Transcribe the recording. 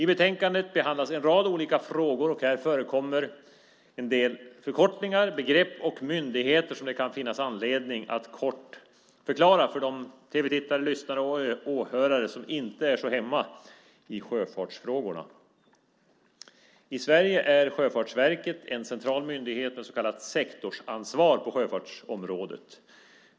I betänkandet behandlas en rad olika frågor, och här förekommer en del förkortningar, begrepp och myndigheter som det kan finnas anledning att kort förklara för de tv-tittare, lyssnare och åhörare som inte är så hemma i sjöfartsfrågorna. I Sverige är Sjöfartsverket en central myndighet med så kallat sektorsansvar på sjöfartsområdet.